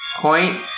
point